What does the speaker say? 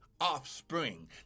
offspring